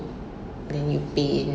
then you paint